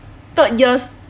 third years